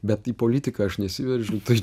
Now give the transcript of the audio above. bet į politiką aš nesiveržiu tai